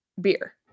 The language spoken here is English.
beer